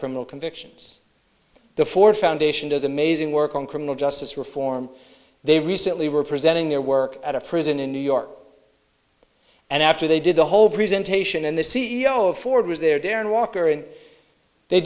criminal convictions the ford foundation does amazing work on criminal justice reform they recently were presenting their work at a prison in new york and after they did the whole present ation and the c e o of ford was there dan walker and they